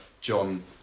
John